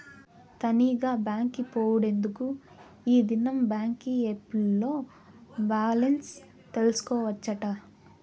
తనీగా బాంకి పోవుడెందుకూ, ఈ దినం బాంకీ ఏప్ ల్లో బాలెన్స్ తెల్సుకోవచ్చటగా